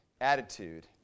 attitude